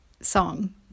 song